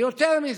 יותר מזה,